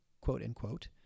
quote-unquote